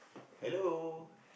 hello